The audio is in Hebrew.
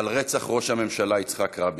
על רצח ראש הממשלה יצחק רבין,